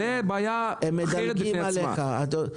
זאת בעיה אחרת בפני עצמה.